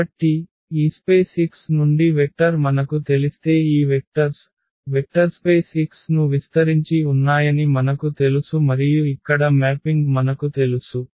కాబట్టి ఈస్పేస్ x నుండి వెక్టర్s మనకు తెలిస్తే ఈ వెక్టర్s వెక్టర్స్పేస్ x ను విస్తరించి ఉన్నాయని మనకు తెలుసు మరియు ఇక్కడ మ్యాపింగ్ మనకు తెలుసు